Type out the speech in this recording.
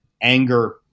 anger